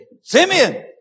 Simeon